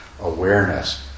awareness